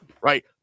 right